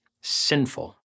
sinful